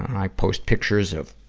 i post pictures of,